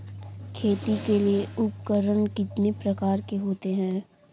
खेती के लिए उपकरण कितने प्रकार के होते हैं?